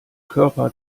körper